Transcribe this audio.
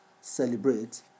Celebrate